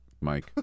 Mike